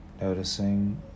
Noticing